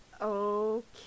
Okay